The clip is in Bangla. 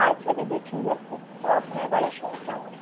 আচ্ছা দিদি ঠিক আছে তো আপনার বাড়ির সবাই কেমন আছে